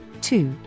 two